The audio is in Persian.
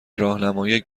راهنمای